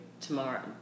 tomorrow